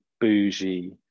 bougie